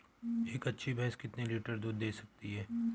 एक अच्छी भैंस कितनी लीटर दूध दे सकती है?